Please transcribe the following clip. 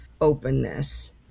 openness